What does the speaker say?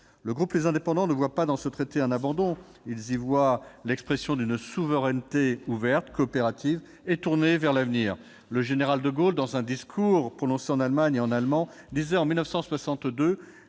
Le groupe Les Indépendants ne voit pas dans ce traité un abandon. Il y voit l'expression d'une souveraineté ouverte, coopérative et tournée vers l'avenir. Le général de Gaulle, dans un discours prononcé en Allemagne et en allemand, déclarait en 1962